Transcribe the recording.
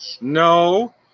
No